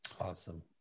Awesome